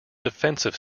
defensive